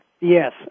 Yes